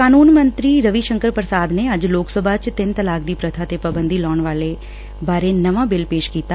ਕਾਨੂੰਨ ਮੰਤਰੀ ਰਵੀ ਸ਼ੰਕਰ ਪ੍ਰਸ਼ਾਦ ਨੇ ਅੱਜ ਲੋਕ ਸਭਾ ਚ ਤਿੰਨ ਤਲਾਕ ਦੀ ਪੂਬਾ ਤੇ ਪਾਬੰਦੀ ਲਾਉਣ ਬਾਰੇ ਨਵਾਂ ਬਿੱਲ ਪੇਸ਼ ਕੀਤਾ